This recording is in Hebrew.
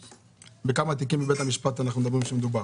בכמה תיקים בבית המשפט מדובר?